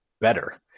better